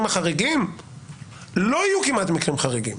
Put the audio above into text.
על כל המקרים החריגים?